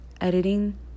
editing